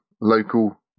local